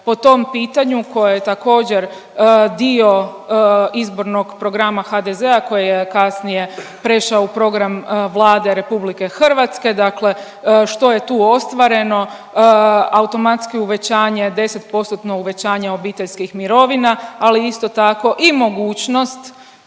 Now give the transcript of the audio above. po tom pitanju koje također dio izbornog programa HDZ-a koji je kasnije prešao u program Vlade RH. Dakle što je tu ostvareno, automatski uvećanje 10%-tno uvećanje obiteljskih mirovina ali isto tako i mogućnost